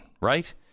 right